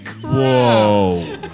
Whoa